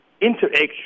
interaction